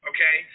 Okay